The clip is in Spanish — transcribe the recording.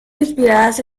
inspiradas